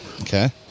Okay